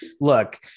look